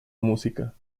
música